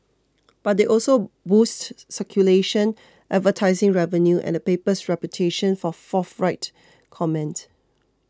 but they also boosted circulation advertising revenue and the paper's reputation for forthright comment